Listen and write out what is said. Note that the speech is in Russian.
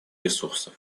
ресурсов